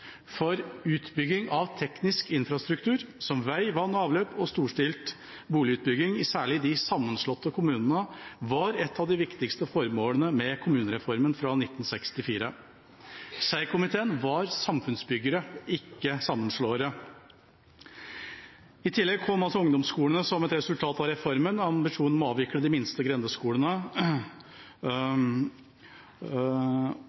Gjøvik. Utbygging av teknisk infrastruktur, som vei, vann og avløp, og storstilt boligutbygging – særlig i de sammenslåtte kommunene – var et av de viktigste formålene med kommunereformen fra 1964. Schei-komiteen var samfunnsbyggere – ikke sammenslåere. I tillegg kom ungdomsskolene som et resultat av reformen og ambisjonen om å avvikle de minste grendeskolene